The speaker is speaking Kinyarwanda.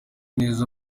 neza